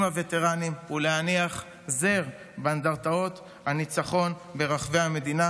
הווטרנים ולהניח זר באנדרטאות הניצחון ברחבי המדינה,